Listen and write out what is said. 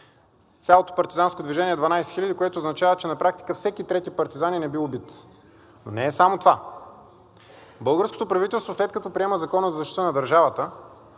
Цялото партизанско движение е 12 000, което означава, че на практика всеки трети партизанин е бил убит. Но не е само това. Българското правителство, след като приема Закона за защита на държавата,